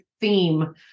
theme